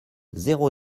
zéro